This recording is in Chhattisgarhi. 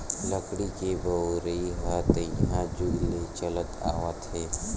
लकड़ी के बउरइ ह तइहा जुग ले चलत आवत हे